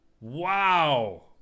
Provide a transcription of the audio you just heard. Wow